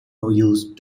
used